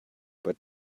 but